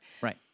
right